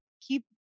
keep